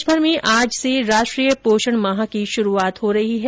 देशभर में आज से राष्ट्रीय पोषण माह की शुरूआत हो रही है